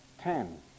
ten